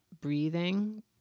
breathing